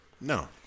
No